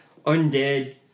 Undead